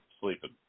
sleeping